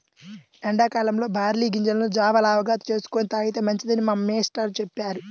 ఎండా కాలంలో బార్లీ గింజలను జావ లాగా చేసుకొని తాగితే మంచిదని మా మేష్టారు చెప్పారు